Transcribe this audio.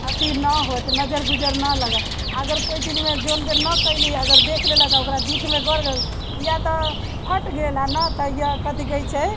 अथि नहि होयत नजरि गुजरि नहि लगै अगर कोइ चीजमे जोन बेर नहि कैली अगर देख लेलक आओर ओकरा डिठमे गड़ि गेल या तऽ फट गेल आओर नहि तऽ ये कथि कहै छै